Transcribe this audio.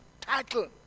title